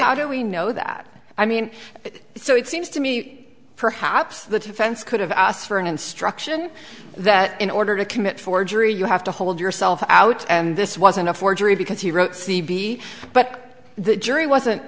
how do we know that i mean so it seems to me perhaps the defense could have asked for an instruction that in order to commit forgery you have to hold yourself out and this wasn't a forgery because he wrote c b but the jury wasn't